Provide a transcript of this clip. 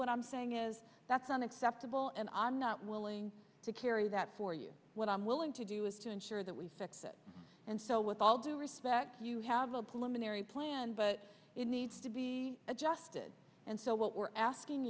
what i'm saying is that's unacceptable and i'm not willing to carry that for you what i'm willing to do is to ensure that we fix it and so with all due respect you have a plumbing area planned but it needs to be adjusted and so what we're asking